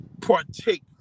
partake